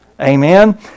Amen